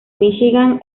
michigan